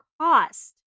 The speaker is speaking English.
cost